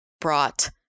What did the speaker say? brought